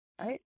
Right